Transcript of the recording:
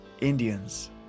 Indians